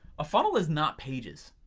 a funnel is not pages,